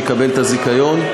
מי יקבל את הזיכיון,